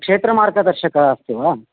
क्षेत्रमार्गदर्शकः अस्ति वा